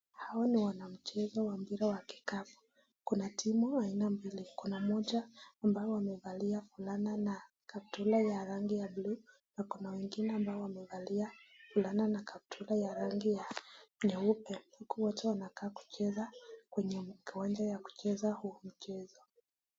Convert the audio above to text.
Hawa ni wanamchezo wa mpira wa kikapu. Kuna timu aina mbili, kuna moja amabo wamevalia fulana na kaptura ya rangi ya buluu na kuna wengine ambao wamevalia fulana na kaptura ya rangi ya nyeupe huku wote wanakaa kucheza kwenye kiwanja ya kucheza huu mchezo.